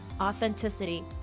authenticity